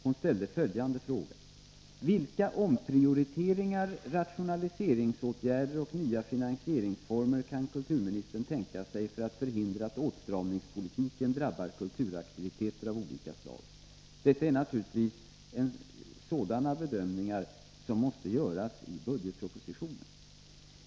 Hon ställde följande fråga: Vilka omprioriteringar, rationaliseringsåtgärder och nya finansieringsformer kan kulturministern tänka sig för att förhindra att åtstramningspolitiken drabbar kulturaktiviteter av olika slag? Detta är naturligtvis sådana bedömningar som måste göras i budetpropositionen.